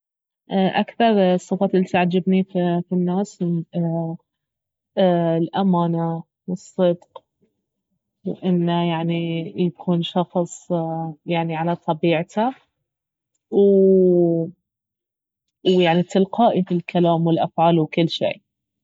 اكقر الصفات الي تعجبني في الناس الأمانة والصدق وانه يعني يكون شخص يعني على طبيعته و ويعني تلقائي في الكلام والافعال وكل شيء